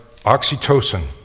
oxytocin